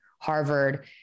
Harvard